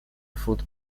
فوت